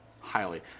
highly